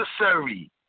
necessary